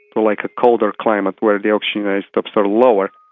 but like a colder climate where the oxygen isotopes are lower.